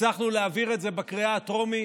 הצלחנו להעביר את זה בקריאה הטרומית,